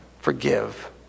forgive